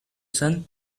sun